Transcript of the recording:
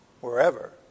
wherever